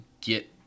get